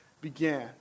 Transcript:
began